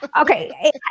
Okay